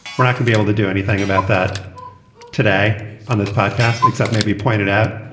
we're not gonna be able to do anything about that today on this podcast except maybe pointed out.